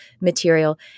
material